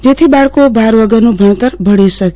જેથી બાળકો ભાર વગરનું ભણતર ભણી શકે